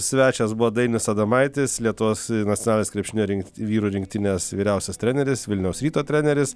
svečias buvo dainius adomaitis lietuvos nacionalinis krepšinio rinkt vyrų rinktinės vyriausias treneris vilniaus ryto treneris